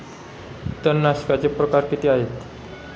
तणनाशकाचे प्रकार किती आहेत?